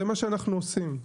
זה מה שאנחנו עושים,